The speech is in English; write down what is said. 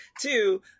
two